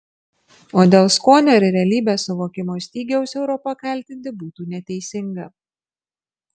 o dėl skonio ir realybės suvokimo stygiaus europą kaltinti būtų neteisinga